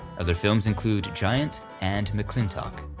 other films include giant and mcclintock.